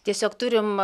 tiesiog turim